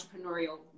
entrepreneurial